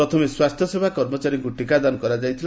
ପ୍ରଥମେ ସ୍ୱାସ୍ଥ୍ୟସେବା କର୍ମଚାରୀମାନଙ୍କ ଟିକାଦାନ କରାଯାଇଥିଲା